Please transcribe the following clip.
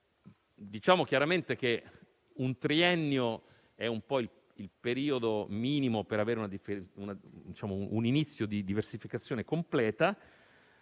ampliarla. Chiaramente un triennio è il periodo minimo per avere un inizio di diversificazione completa,